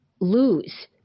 lose